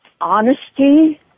Honesty